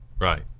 right